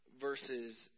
Versus